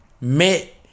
Met